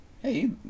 Hey